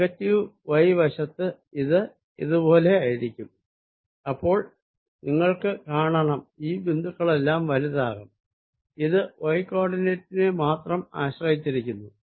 negative y വശത്തും ഇത് പോലെയായിരിക്കും അപ്പോൾ ഈ പോയിന്റുകളെല്ലാം വലുതാകും എന്ന് നിങ്ങൾക്ക് കാണാം ഇത് y കോ ഓർഡിനേറ്റിനെ മാത്രം ആശ്രയിച്ചിരിക്കുന്നു